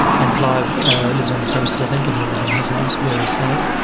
and clive lives on the premises, i think, and he was in his house where he stays.